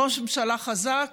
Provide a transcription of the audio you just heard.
ראש ממשלה חזק?